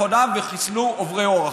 וחיסלו עוברי אורח.